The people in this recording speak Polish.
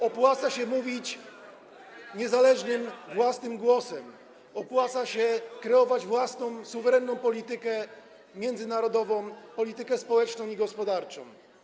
Opłaca się mówić niezależnym, własnym głosem, opłaca się kreować własną, suwerenną politykę międzynarodową, politykę społeczną i gospodarczą.